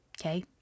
Okay